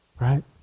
right